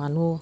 মানুহ